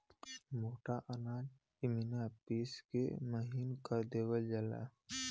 मोटा अनाज इमिना पिस के महीन कर देवल जाला